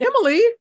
Emily